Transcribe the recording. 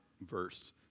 verse